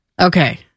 Okay